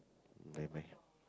never mind